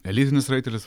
elitinis raitelis